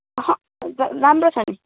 अहँ राम्रो छ नि